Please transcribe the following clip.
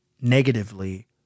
negatively